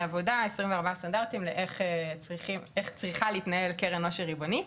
עשרים וארבעה סטנדרטים לאיך צריכה להתנהל קרן עושר ריבונית.